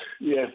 Yes